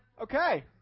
okay